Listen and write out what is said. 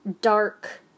dark